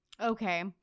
Okay